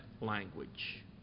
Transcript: language